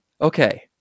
Okay